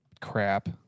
crap